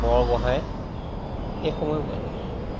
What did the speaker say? বৰগোহাঁই এই সময়বোৱায়